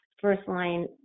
First-line